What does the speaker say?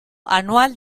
anual